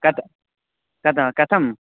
कथ्ं कदा कथं